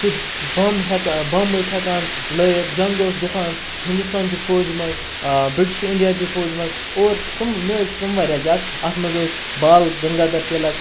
سیوٚد بَمب ہٮ۪کا بَمب ٲسۍ ہٮ۪کان لٲیِتھ جنٛگ اوس گژھان ہِندوستانچہِ فوجہِ منٛز بِرٛٹِش اِنڈیاچہِ فوجہِ منٛز اور تم مےٚ ٲسۍ مےٚ ٲسۍ تم واریاہ زیادٕ اَتھ منٛز ٲسۍ بال گنگادھر تِلک